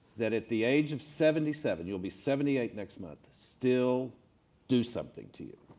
that at the age of seventy seven, you'll be seventy eight next month, still do something to you.